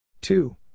two